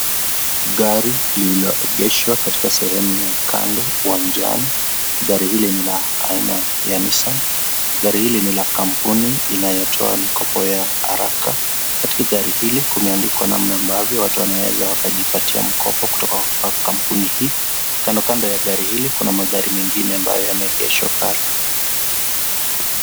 Gari lililoegeshwa katika sehemu ya kando uwanjani, gari hili ni la aina ya Nissan, gari hili ni la kampuni inayotoa mikopo ya haraka, katika gari hili kumeandikwa namna ambavyo watu wanaweza wakajipatia mkopo kutoka kampuni hii, kando kando ya gari hili kuna magari mengine ambayo yameegeshwa pale.